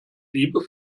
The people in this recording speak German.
liebe